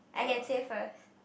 I can say first